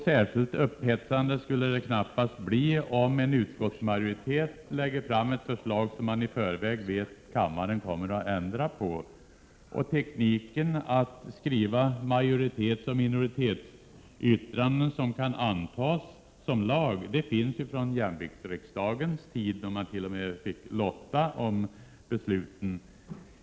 Särskilt upphetsande skulle det knappast bli om en utskottsmajoritet lägger fram ett förslag, som man i förväg vet att kammaren kommer att ändra på. Tekniken att skriva majoritetsoch minoritetsyttranden som kan antas som lag finns ju från jämviktsriksdagens tid, då man t.o.m. fick lotta om besluten.